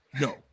no